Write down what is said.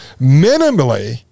minimally